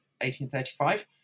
1835